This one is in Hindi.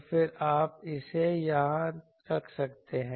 तो फिर आप इसे यहाँ रख सकते हैं